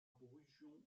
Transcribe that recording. brujon